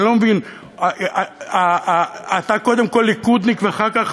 אני לא מבין, אתה קודם כול ליכודניק ואחר כך